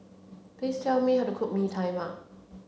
please tell me how to cook Mee Tai Mak